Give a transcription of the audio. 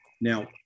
Now